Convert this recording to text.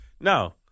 No